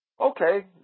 Okay